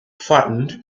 flattened